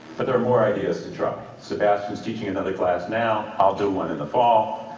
but there are more ideas to draw. sebastian is teaching another class now, i'll do one in the fall.